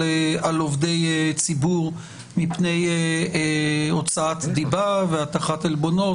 עובדי ציבור מפני הוצאת דיבה והטחת עלבונות,